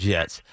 Jets